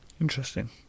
Interesting